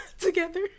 together